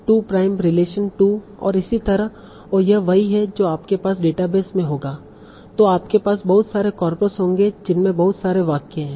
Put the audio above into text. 2 prime relation 2 और इसी तरह और यह वही है जो आपके पास डेटाबेस में होगा तो आपके पास बहुत सारे कॉर्पस होंगे जिनमें बहुत सारे वाक्य हैं